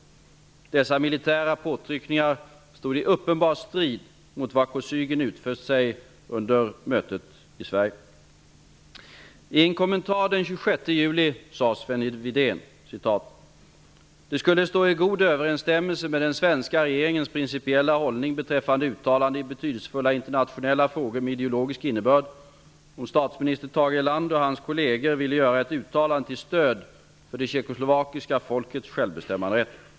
Dessa militära påtryckningar stod i uppenbar strid mot vad Kosygin utfäst sig till vid mötet i Sverige. I en kommentar den 26 juli sade Sven Wedén: ''Det skulle stå i god överensstämmelse med den svenska regeringens principiella hållning beträffande uttalanden i betydelsefulla internationella frågor med ideologisk innebörd, om statsminister Tage Erlander och hans kolleger vill göra ett uttalande till stöd för det tjeckoslovakiska folkets självbestämmanderätt.